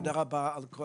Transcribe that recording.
תודה רבה על כל